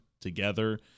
together